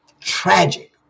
tragic